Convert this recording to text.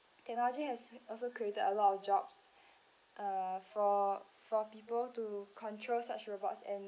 technology has also created a lot of jobs uh for for people to control such robots and